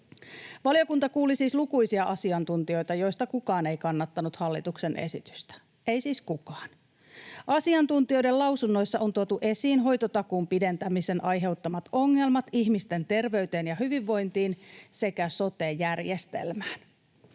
Valiokunta kuuli siis lukuisia asiantuntijoita, joista kukaan ei kannattanut hallituksen esitystä, ei siis kukaan. Asiantuntijoiden lausunnoissa on tuotu esiin hoitotakuun pidentämisen aiheuttamat ongelmat ihmisten terveyteen ja hyvinvointiin sekä sote-järjestelmään.